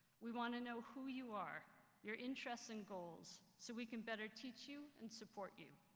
we want to know who you are your interests and goals so we can better teach you and support you.